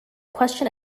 question